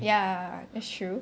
ya that's true